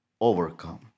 overcome